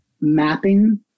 mapping